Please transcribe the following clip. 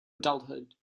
adulthood